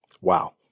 Wow